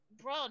Bro